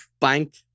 bank